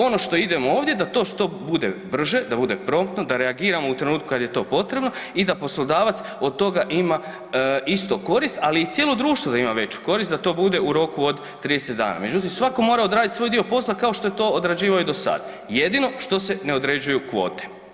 Ono što idemo ovdje, da to što bude brže, da bude promptno, da reagiramo u trenutku kad je to potrebno i da poslodavac od toga ima isto korist ali i cijelo društvo da ima veću korist, da to bude u roku od 30 dana međutim svako mora odradit svoj dio posla kao što je to odrađivao i do sad, jedino što se ne određuju kvote, hvala.